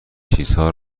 چیزها